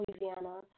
Louisiana